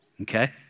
okay